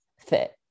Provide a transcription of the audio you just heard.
fit